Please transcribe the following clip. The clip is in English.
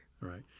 Right